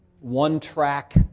one-track